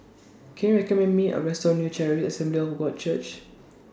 Can YOU recommend Me A Restaurant near Charis Assembly of God Church